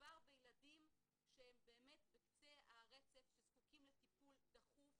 מדובר בילדים שהם באמת בקצה הרצף שזקוקים לטיפול דחוף